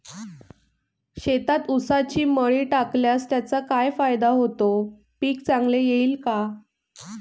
शेतात ऊसाची मळी टाकल्यास त्याचा काय फायदा होतो, पीक चांगले येईल का?